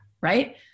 right